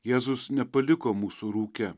jėzus nepaliko mūsų rūke